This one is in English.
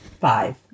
Five